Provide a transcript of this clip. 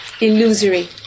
illusory